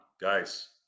guys